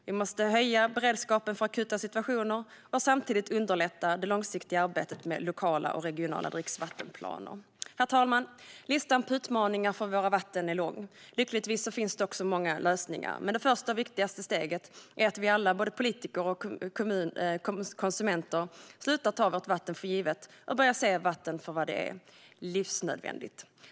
Vi måste höja beredskapen för akuta situationer och samtidigt underlätta det långsiktiga arbetet med lokala och regionala dricksvattenplaner. Herr talman! Listan på utmaningar för vårt vatten är lång. Lyckligtvis finns det också många lösningar. Det första och viktigaste steget är att vi alla - både politiker och konsumenter - slutar att ta vårt vatten för givet och börjar att se vatten för vad det är: livsnödvändigt.